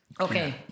Okay